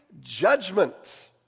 judgment